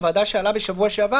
הוועדה שאלה בשבוע שעבר